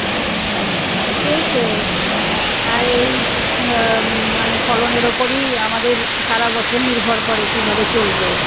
সেই তো আর এই মানে ফলনের ওপরেই আমাদের সারা বছর নির্ভর করে কীভাবে চলবো